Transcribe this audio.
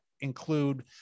include